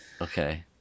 okay